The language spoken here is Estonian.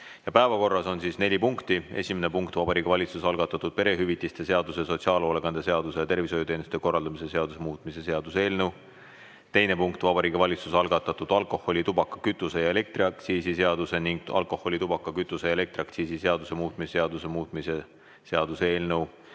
päevakorras on neli punkti. Esimene punkt: Vabariigi Valitsuse algatatud perehüvitiste seaduse, sotsiaalhoolekande seaduse ja tervishoiuteenuste korraldamise seaduse muutmise seaduse eelnõu. Teine punkt: Vabariigi Valitsuse algatatud alkoholi-, tubaka-, kütuse- ja elektriaktsiisi seaduse ning alkoholi-, tubaka-, kütuse- ja elektriaktsiisi seaduse muutmise seaduse